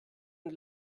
und